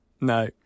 No